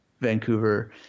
Vancouver